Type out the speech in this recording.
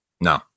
No